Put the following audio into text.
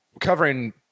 Covering